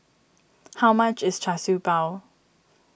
how much is Char Siew Bao